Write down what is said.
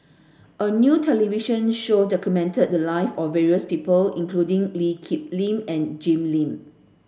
a new television show documented the live of various people including Lee Kip Lin and Jim Lim